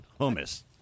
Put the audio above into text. Hummus